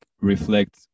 reflect